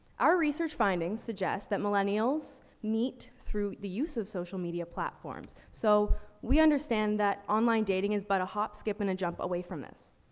our research findings suggest that millennials meet through the use of social media platforms. so we understand that online dating is but a hop, skip, and a jump away from us.